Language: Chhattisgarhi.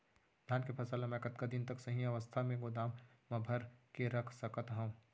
धान के फसल ला मै कतका दिन तक सही अवस्था में गोदाम मा भर के रख सकत हव?